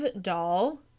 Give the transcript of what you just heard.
doll